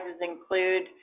include